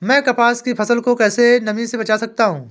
मैं कपास की फसल को कैसे नमी से बचा सकता हूँ?